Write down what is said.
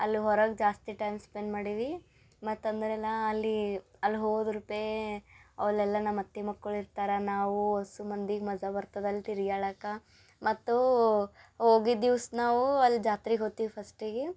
ಅಲ್ಲಿ ಹೊರಗೆ ಜಾಸ್ತಿ ಟೈಮ್ ಸ್ಪೆಂಡ್ ಮಾಡೀವಿ ಮತ್ತು ಅಂದರೆಲ್ಲ ಅಲ್ಲಿ ಅಲ್ಲಿ ಹೋದ್ರುಪೇ ಅವ್ಲೆಲ್ಲ ನಮ್ಮ ಅತ್ತೆ ಮಕ್ಕಳು ಇರ್ತಾರೆ ನಾವು ಒಸು ಮಂದಿಗೆ ಮಜಾ ಬರ್ತದೆ ಅಲ್ಲಿ ತಿರ್ಗ್ಯಾಡಕ್ಕೆ ಮತ್ತು ಹೋಗಿದ್ ದಿವ್ಸ ನಾವು ಅಲ್ಲಿ ಜಾತ್ರಿಗೆ ಹೋತೀವಿ ಫಸ್ಟಿಗೆ